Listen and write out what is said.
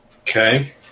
Okay